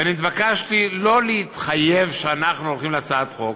ונתבקשתי לא להתחייב שאנחנו הולכים להצעת חוק,